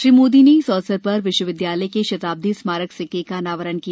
श्री मोदी ने इस अवसर पर विश्वविद्यालय के शताब्दी स्मारक सिक्के का अनावरण किया